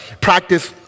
practice